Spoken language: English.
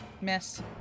Miss